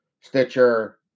Stitcher